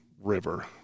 River